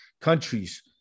countries